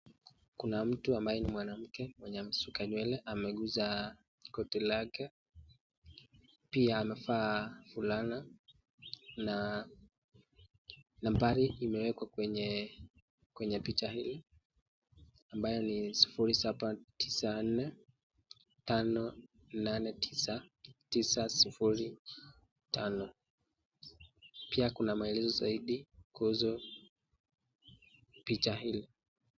Kuna mtu ambaye ni mwanamke amesuka nywele amekuza koti lake pia amevaa fulana na nambari imewekwa kwenye picha hili ambayo ni sufuri, saba, tisa, nne, tano, nane, tisa, tisa, sufuri, tano. Pia kuna maelezo zaidi kuhusu picha hii.